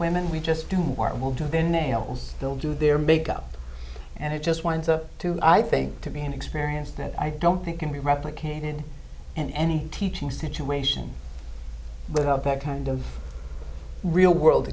women we just do more and will do their nails they'll do their big up and it just winds up to i think to be an experience that i don't think can be replicated in any teaching situation without that kind of real world